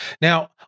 Now